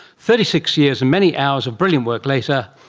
thirty six years and many hours of brilliant work later,